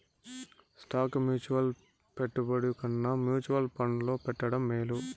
stock mutual పెట్టుబడి కన్నా mutual ఫండ్లో పెట్టడం మేలు